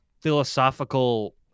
philosophical